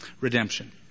Redemption